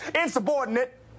Insubordinate